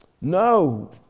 No